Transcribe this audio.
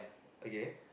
okay